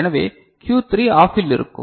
எனவே Q3 ஆஃபில் இருக்கும்